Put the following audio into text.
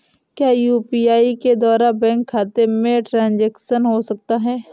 क्या यू.पी.आई के द्वारा बैंक खाते में ट्रैन्ज़ैक्शन हो सकता है?